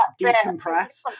decompress